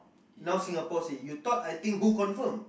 now Singapore say you thought I think who confirm